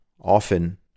often